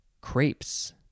crepes